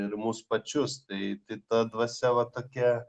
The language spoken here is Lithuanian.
ir mus pačius tai tai ta dvasia va tokia